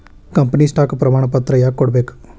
company stock ಪ್ರಮಾಣಪತ್ರ ಯಾಕ ಕೊಡ್ಬೇಕ್